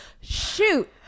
Shoot